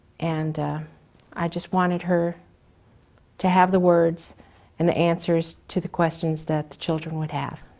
and i just wanted her to have the words and the answers to the questions that the children would have.